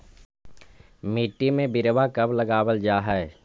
मिट्टी में बिरवा कब लगावल जा हई?